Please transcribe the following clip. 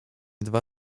dwa